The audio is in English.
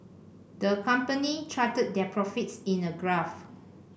the company charted their profits in a graph